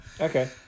Okay